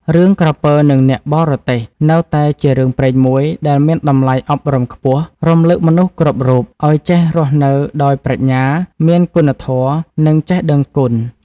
រឿង "ក្រពើនឹងអ្នកបរទេះ" នៅតែជារឿងព្រេងមួយដែលមានតម្លៃអប់រំខ្ពស់ រំឭកមនុស្សគ្រប់រូបឲ្យចេះរស់នៅដោយប្រាជ្ញា មានគុណធម៌ និងចេះដឹងគុណ។